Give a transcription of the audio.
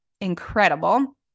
incredible